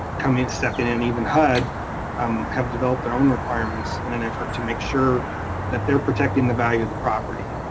come in step in and even hud um have developed their own requirements in an effort to make sure that they're protecting the value of the property.